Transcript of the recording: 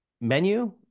menu